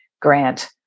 grant